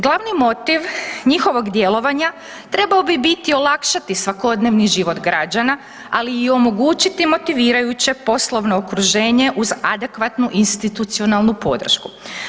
Glavni motiv njihovog djelovanja trebao bi biti olakšati svakodnevni život građana, ali i omogućiti motivirajuće poslovno okruženje uz adekvatnu institucionalnu podršku.